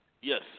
Yes